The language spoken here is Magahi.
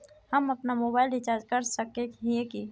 हम अपना मोबाईल रिचार्ज कर सकय हिये की?